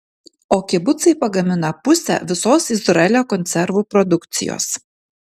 o kibucai pagamina pusę visos izraelio konservų produkcijos